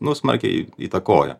nu smarkiai įtakoja